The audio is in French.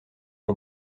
ont